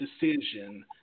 decision